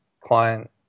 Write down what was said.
client